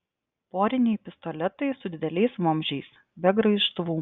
poriniai pistoletai su dideliais vamzdžiais be graižtvų